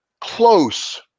close